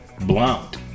blunt